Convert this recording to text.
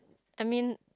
I mean